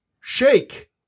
shake